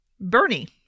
Bernie